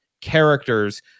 characters